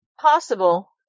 Possible